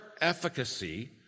efficacy